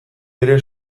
ere